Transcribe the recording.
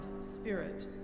spirit